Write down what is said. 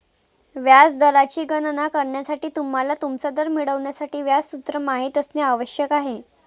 व्याज दराची गणना करण्यासाठी, तुम्हाला तुमचा दर मिळवण्यासाठी व्याज सूत्र माहित असणे आवश्यक आहे